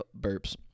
burps